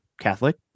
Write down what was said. Catholic